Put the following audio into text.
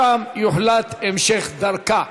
שם יוחלט על המשך דרכה.